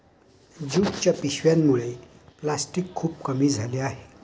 ज्यूटच्या पिशव्यांमुळे प्लॅस्टिक खूप कमी झाले आहे